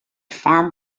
farm